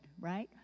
right